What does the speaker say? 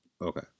Okay